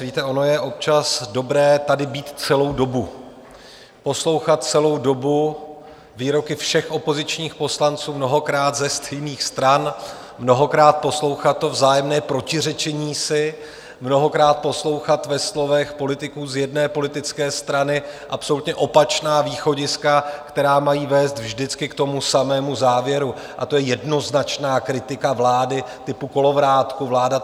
Víte, ono je občas dobré tady být celou dobu, poslouchat celou dobu výroky všech opozičních poslanců, mnohokrát ze stejných stran, mnohokrát poslouchat to vzájemné protiřečení si, mnohokrát poslouchat ve slovech politiků z jedné politické strany absolutně opačná východiska, která mají vést vždycky k tomu samému závěru, a to je jednoznačná kritika vlády typu kolovrátku vláda to nezvládla.